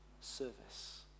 service